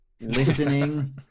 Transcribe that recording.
listening